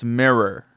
mirror